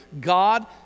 God